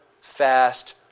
fast